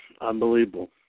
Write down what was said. Unbelievable